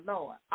Lord